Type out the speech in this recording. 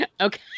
Okay